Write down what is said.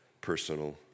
personal